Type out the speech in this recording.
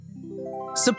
Support